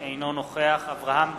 אינו נוכח אברהם דיכטר,